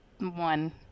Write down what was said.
one